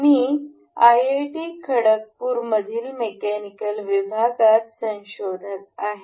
मी IIT खडगपूरमधील mechanical विभागात संशोधक आहे